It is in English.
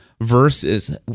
verses